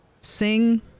sing